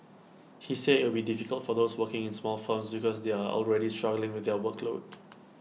he said IT would be difficult for those working in small firms because they are already struggling with their workload